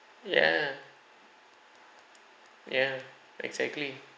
ya ya exactly